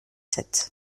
sept